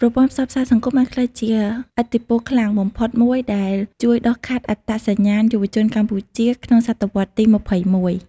ប្រព័ន្ធផ្សព្វផ្សាយសង្គមបានក្លាយជាឥទ្ធិពលខ្លាំងបំផុតមួយដែលជួយដុសខាត់អត្តសញ្ញាណយុវជនកម្ពុជាក្នុងសតវត្សរ៍ទី ២១។